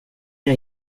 jag